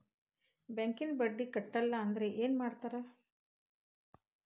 ಬ್ಯಾಂಕಿನ ಬಡ್ಡಿ ಕಟ್ಟಲಿಲ್ಲ ಅಂದ್ರೆ ಏನ್ ಮಾಡ್ತಾರ?